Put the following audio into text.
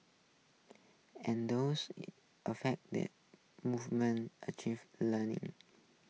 and those's affect that movement achieve learning